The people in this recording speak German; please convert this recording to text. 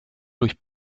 durch